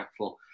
impactful